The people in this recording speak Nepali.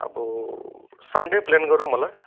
अब सन्डे प्लान गरौँ होला